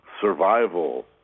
survival